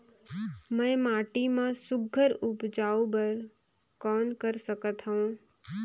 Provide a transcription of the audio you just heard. मैं माटी मा सुघ्घर उपजाऊ बर कौन कर सकत हवो?